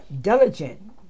diligent